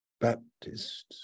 Baptists